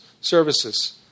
services